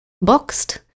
boxed